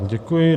Děkuji.